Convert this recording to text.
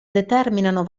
determinano